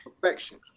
perfection